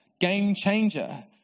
game-changer